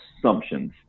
assumptions